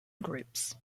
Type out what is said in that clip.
groups